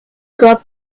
got